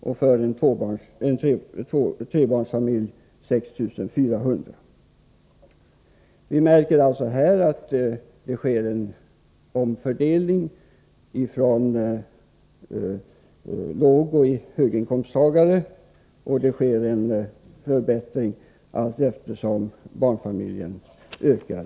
och för en trebarnsfamilj på 6 400 kr. Det sker alltså en omfördelning från högtill låginkomsttagare, och det blir en förbättring allteftersom barnantalet i familjen stiger.